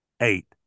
eight